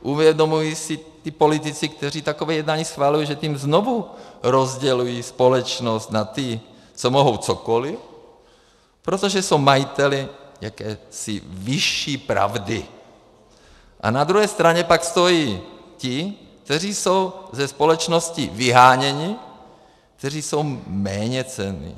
Uvědomují si ti politici, kteří takové jednání schvalují, že tím znovu rozdělují společnost na ty, co mohou cokoliv, protože jsou majiteli jakési vyšší pravdy, a na druhé straně pak stojí ti, kteří jsou ze společnosti vyháněni, kteří jsou méněcenní?